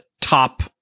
top